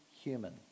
human